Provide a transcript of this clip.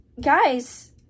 guys